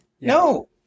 No